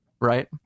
right